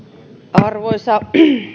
arvoisa